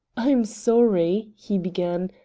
i am sorry, he began,